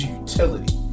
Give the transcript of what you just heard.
utility